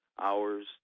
hours